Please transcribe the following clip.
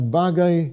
bagay